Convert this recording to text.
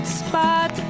spot